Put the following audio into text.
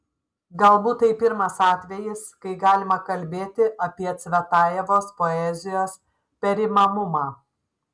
galbūt tai pirmas atvejis kai galima kalbėti apie cvetajevos poezijos perimamumą